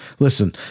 Listen